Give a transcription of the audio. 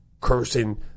cursing